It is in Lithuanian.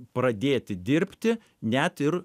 pradėti dirbti net ir